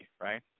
right